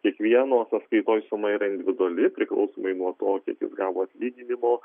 kiekvieno sąskaitoj suma yra individuali priklausomai nuo to kiek jis gavo atlyginimo